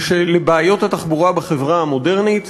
לבעיות התחבורה בחברה המודרנית,